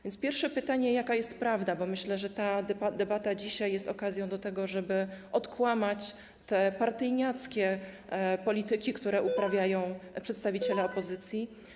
Więc pierwsze pytanie, jaka jest prawda, bo myślę, że ta debata dzisiaj jest okazją do tego, żeby odkłamać te partyjniackie polityki, które uprawiają przedstawiciele opozycji.